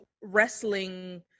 wrestling